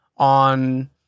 on